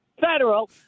federal